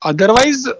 Otherwise